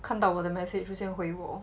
看到我的 message so 先回我